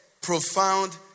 profound